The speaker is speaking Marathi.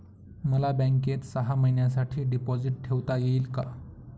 मला बँकेत सहा महिन्यांसाठी डिपॉझिट ठेवता येईल का?